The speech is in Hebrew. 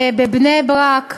בבני-ברק,